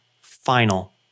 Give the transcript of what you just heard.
final